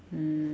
mm